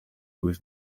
with